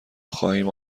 خواهیم